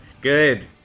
Good